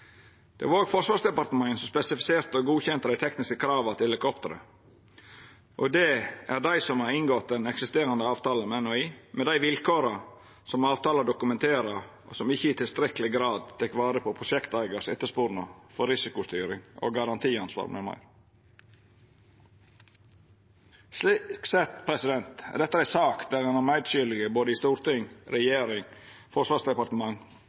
Det var òg Forsvarsdepartementet som spesifiserte og godkjende dei tekniske krava til helikopteret, og det er dei som har inngått den eksisterande avtalen med NHI, med dei vilkåra som avtala dokumenterer, og som ikkje i tilstrekkeleg grad tek vare på prosjekteigaren sin etterspurnad etter risikostyring og garantiansvar, m.m. Slik sett er dette ei sak der ein har medskuldige i både storting,